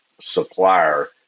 supplier